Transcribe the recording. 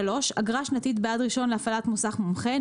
אגרה שנתית בעד רישיון להפעלת מוסך מומחה,